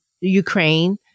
Ukraine